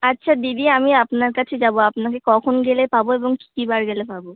আচ্ছা দিদি আমি আপনার কাছে যাবো আপনাকে কখন গেলে পাবো এবং কী কী বার গেলে পাবো